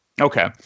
Okay